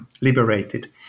liberated